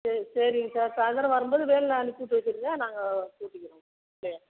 சரி சரிங்க சார் சாய்ந்தரம் வரும்போது வேனில் அனுப்பிவிட்டு வச்சிருங்க நாங்கள் கூட்டிக்கிறோம் பிள்ளைய